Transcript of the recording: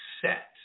set